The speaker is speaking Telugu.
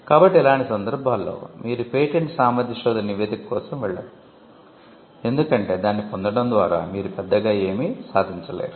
కాబట్టి ఇలాంటి సందర్భాల్లో మీరు పేటెంట్ సామర్థ్య శోధన నివేదిక కోసం వెళ్ళరు ఎందుకంటే దాన్ని పొందడం ద్వారా మీరు పెద్దగా ఏమీ సాధించలేరు